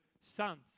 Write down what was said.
sons